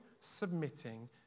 submitting